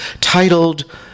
titled